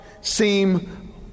seem